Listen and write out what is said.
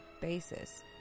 basis